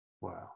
wow